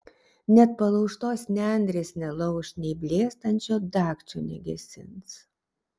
net palaužtos nendrės nelauš nei blėstančio dagčio negesins